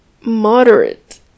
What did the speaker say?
moderate